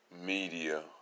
media